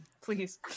Please